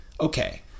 okay